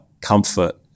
comfort